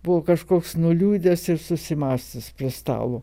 buvo kažkoks nuliūdęs ir susimąstęs prie stalo